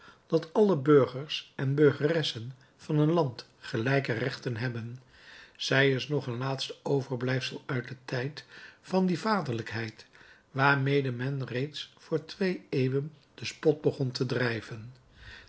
dat alle burgers en burgeressen van een land gelijke rechten hebben zij is nog een laatste overblijfsel uit den tijd van die vaderlijkheid waarmede men reeds voor twee eeuwen den spot begon te drijven